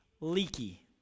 leaky